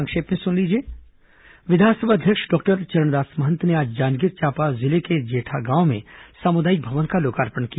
संक्षिप्त समाचार विधानसभा अध्यक्ष डॉक्टर चरणदास महंत ने आज जांजगीर चांपा जिले के जेठा गांव में सामुदायिक भवन का लोकार्पण किया